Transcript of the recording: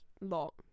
lot